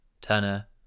Turner